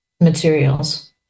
materials